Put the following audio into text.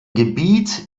gebiet